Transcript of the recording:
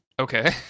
Okay